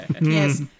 Yes